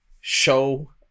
show